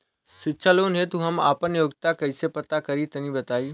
शिक्षा लोन हेतु हम आपन योग्यता कइसे पता करि तनि बताई?